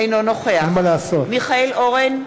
אינו נוכח מיכאל אורן,